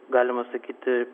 galima sakyti